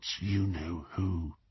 you-know-who